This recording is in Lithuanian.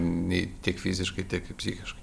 nei tiek fiziškai tiek psichiškai